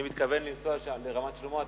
אני מתכוון לנסוע לשם, לרמת-שלמה.